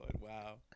Wow